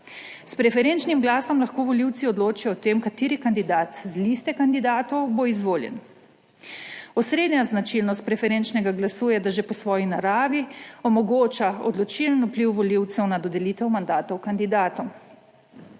S preferenčnim glasom lahko volivci odločajo o tem, kateri kandidat z liste kandidatov bo izvoljen. Osrednja značilnost preferenčnega glasu je, da že po svoji naravi omogoča odločilen vpliv volivcev na dodelitev mandatov kandidatom.